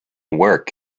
work